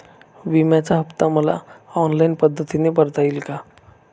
विम्याचा हफ्ता मला ऑनलाईन पद्धतीने भरता येईल का?